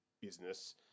business